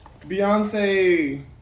Beyonce